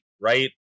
Right